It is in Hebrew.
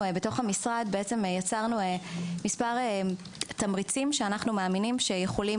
בתוך המשרד יצרנו כמה תמריצים שאנחנו מאמינים שהם יכולים